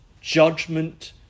judgment